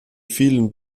vielen